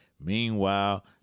Meanwhile